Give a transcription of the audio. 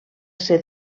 ser